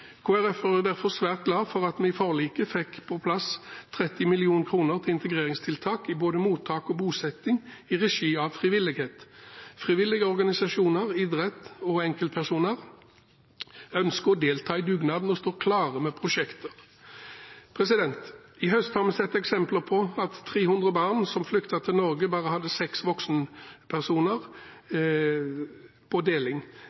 Folkeparti er derfor svært glad for at vi i forliket fikk på plass 30 mill. kr til integreringstiltak i både mottak og bosetting i regi av frivilligheten. Frivillige organisasjoner, idrett og enkeltpersoner ønsker å delta i dugnaden og står klare med prosjekter. I høst har vi sett eksempler på at 300 barn som flyktet til Norge, bare hadde seks voksenpersoner på deling.